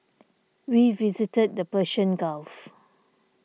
we visited the Persian Gulf